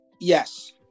yes